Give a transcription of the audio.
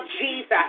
Jesus